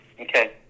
Okay